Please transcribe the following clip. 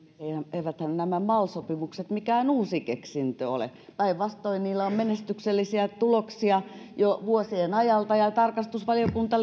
eiväthän nämä mal sopimukset mikään uusi keksintö ole päinvastoin niillä on menestyksellisiä tuloksia jo vuosien ajalta ja tarkastusvaliokunta